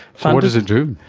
what does it do?